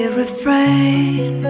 refrain